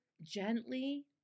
gently